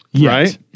Right